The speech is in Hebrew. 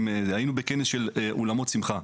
הייתי בכנס של אולמות שמחה,